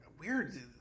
Weird